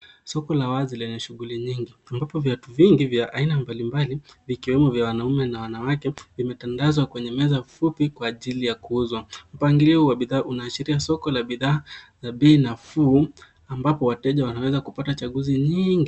Soko la wazi lenye shughuli nyingi ambapo viatu vingi vya aina mbalimbali vikiwemo vya wanaume na wanawake vimetandazwa kwenye meza kubwa kwa ajili ya kuuzwa. Mpangilio wa bidhaa unaashiria soko la bidhaa za bei nafuu ambapo wateja wanaweza kupata chaguzi nyingi.